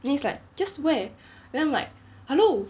then he's like just wear then I'm like hello